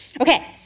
Okay